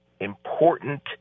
important